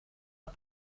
het